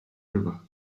river